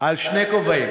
על שני כובעים.